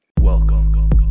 welcome